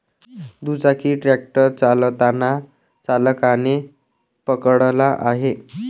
दुचाकी ट्रॅक्टर चालताना चालकाने पकडला आहे